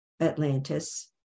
Atlantis